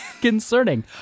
concerning